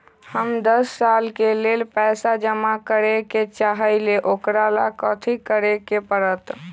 हम दस साल के लेल पैसा जमा करे के चाहईले, ओकरा ला कथि करे के परत?